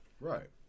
Right